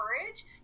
courage